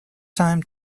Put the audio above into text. time